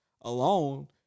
alone